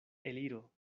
eliro